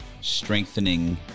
strengthening